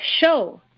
show